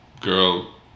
girl